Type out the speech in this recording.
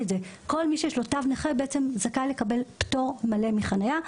כל מי שיש לו תו נכה זכאי לקבל פטור מלא מחניה.